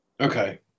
Okay